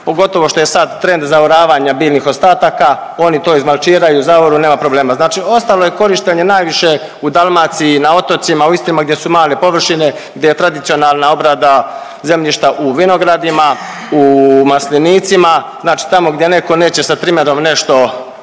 pogotovo što je sad trend zaoravanja biljnih ostataka, oni to izmalčiraju, zaoru, nema problema. Znači, ostalo je korištenje najviše u Dalmaciji, na otocima, u istima gdje su male površine, gdje je tradicionalna obrana zemljišta u vinogradima, u maslinicima, znači tamo gdje netko neće sa trimerom nešto